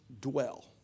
dwell